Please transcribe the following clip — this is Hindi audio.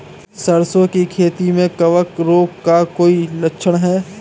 सरसों की खेती में कवक रोग का कोई लक्षण है?